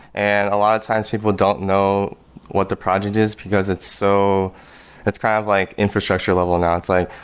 and a lot of times, people don't know what the project is because it's so it's kind of like infrastructure level now. it's like,